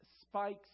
spikes